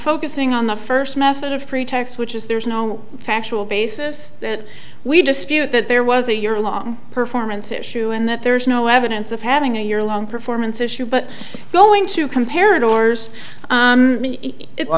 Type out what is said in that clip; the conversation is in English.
focusing on the first method of pretext which is there's no factual basis that we dispute that there was a year long performance issue in that there is no evidence of having a year long performance issue but going to comparative wars i me